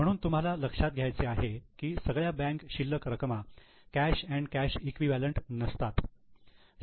म्हणून तुम्हाला लक्षात घ्यायचे आहे की सगळ्या बँक शिल्लक रकमा कॅश अँड कॅश इक्विवलेंट नसतात